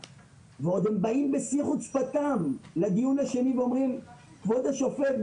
ועוד הם באים בשיא חוצפתם לדיון השני ואומרים: כבוד השופט,